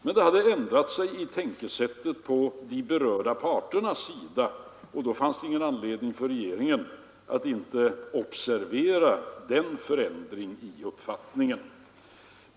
Men tänkesättet hos de berörda parterna hade ändrats, och då fanns det ingen anledning för regeringen att inte observera den förändringen i uppfattning.